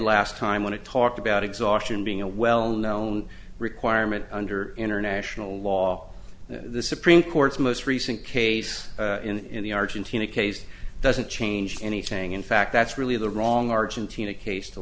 last time want to talk about exhaustion being a well known requirement under international law the supreme court's most recent case in the argentina case doesn't change anything in fact that's really the wrong argentina case to